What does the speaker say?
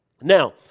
Now